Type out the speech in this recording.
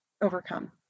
overcome